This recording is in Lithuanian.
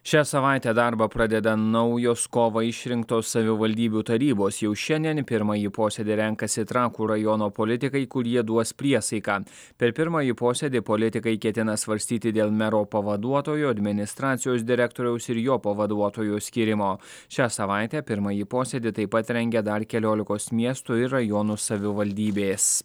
šią savaitę darbą pradeda naujos kovą išrinktos savivaldybių tarybos jau šiandien į pirmąjį posėdį renkasi trakų rajono politikai kurie duos priesaiką per pirmąjį posėdį politikai ketina svarstyti dėl mero pavaduotojo administracijos direktoriaus ir jo pavaduotojo skyrimo šią savaitę pirmąjį posėdį taip pat rengia dar keliolikos miestų ir rajonų savivaldybės